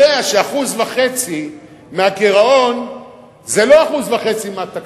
יודע ש-1.5% מהגירעון זה לא 1.5% מהתקציב.